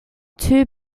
two